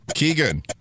Keegan